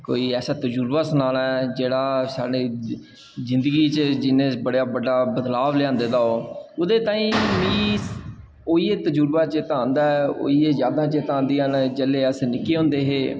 कोई ऐसा तजुर्बा सनाना ऐ जेह्ड़ा साढ़े जिंदगी च जिन्ने बड़ा बड्डा बदलाव लेआंदे दा होग ओह्दे ताहीं मिगी ओह् ई तजुर्बा चेता औंदा ऐ ओही यादां चेते औंदियां न जेल्लै अस निक्के होंदे हे